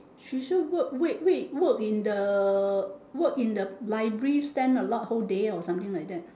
she still work wait wait work in the work in the library stand a lot whole day or something like that